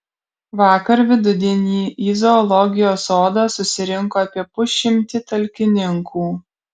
vakar vidudienį į zoologijos sodą susirinko apie pusšimtį talkininkų